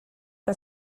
que